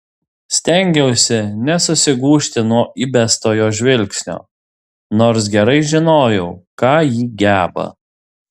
stengiausi nesusigūžti nuo įbesto jos žvilgsnio nors gerai žinojau ką ji geba